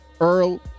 earl